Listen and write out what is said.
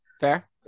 fair